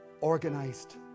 organized